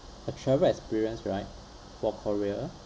a travel experience right for korea